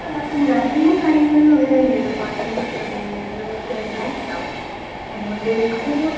എന്താ എല്ലാ കാര്യങ്ങളിലും അങ്ങനെ തന്നെയാണ് പാട്ടിനെക്കുറിച്ച് പറയുകയാണെങ്കിൽ നമ്മളൊത്തിരി റിലാക്സാവും അതുകൊണ്ട് അതൊരു